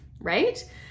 right